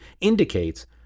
indicates